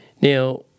Now